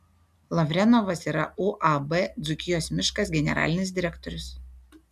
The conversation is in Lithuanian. lavrenovas yra uab dzūkijos miškas generalinis direktorius